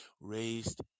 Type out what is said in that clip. raised